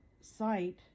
site